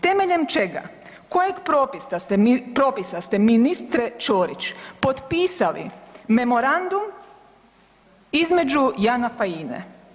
Temeljem čega, kojeg propisa ste ministre Ćorić potpisali memorandum između JANAF-a i INE?